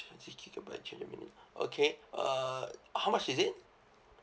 twenty gigabyte three hundred minute okay uh how much is it